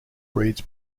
breeds